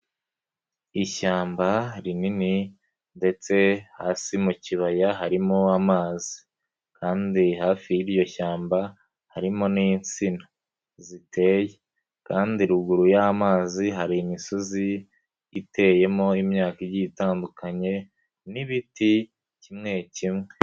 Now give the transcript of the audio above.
Ishyamba rinini ndetse hasi mu kibaya harimo amazi kandi hafi y'iryo shyamba, harimo n'insina, ziteye kandi ruguru y'amazi hari imisozi, iteyemo imyaka igiye itandukanye n'ibiti kimwe kimwe.